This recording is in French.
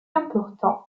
important